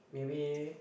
maybe